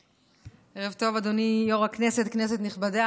ערב טוב, אדוני יו"ר הישיבה, כנסת נכבדה.